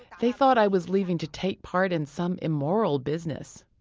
they thought i was leaving to take part in some immoral business.